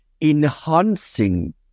enhancing